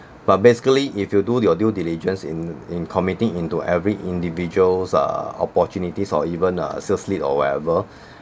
but basically if you do your due diligence in in committing into every individuals uh opportunities or even uh sales lead or whatever